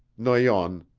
noyon,